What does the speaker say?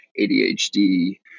ADHD